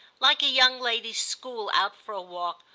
like a young ladies' school out for a walk,